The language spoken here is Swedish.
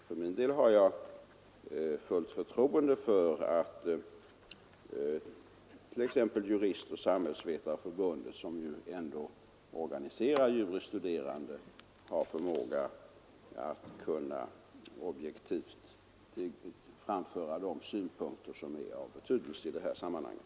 För min del har jag fullt förtroende för att Juristoch samhällsvetareförbundet, som ändå organiserar juris studerande, har förmåga att objektivt framföra de synpunkter som är av betydelse i det här sammanhanget.